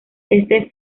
este